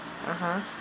(uh huh)